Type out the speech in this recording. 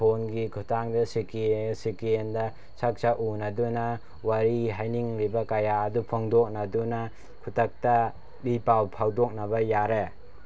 ꯐꯣꯟꯒꯤ ꯈꯨꯠꯊꯥꯡꯗ ꯁꯦꯀꯦꯟꯗ ꯁꯛ ꯁꯛ ꯎꯅꯗꯨꯅ ꯋꯥꯔꯤ ꯍꯥꯏꯅꯤꯡꯂꯤꯕ ꯀꯌꯥ ꯑꯗꯨ ꯐꯣꯡꯗꯣꯛꯅꯗꯨꯅ ꯈꯨꯗꯛꯇ ꯏ ꯄꯥꯎ ꯐꯥꯎꯗꯣꯛꯅꯕ ꯌꯥꯔꯦ